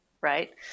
right